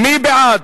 מי בעד